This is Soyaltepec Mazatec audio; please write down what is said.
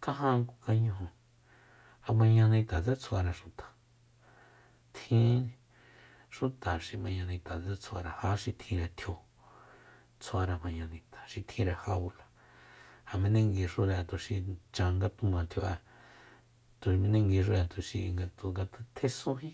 kajan ku kañuju ja mañanitatsé tsjuare xuta tjin xuta xi mañanita tsetsjuare ja xi tjinre tjio tsjuare mañanita xi tjinre jaula ja menenguixura tuxi chan nga tuma tjio'e tuxi menenguixure tuxi ngatjesúnjí